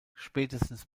spätestens